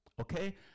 Okay